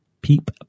Peep